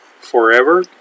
Forever